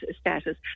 status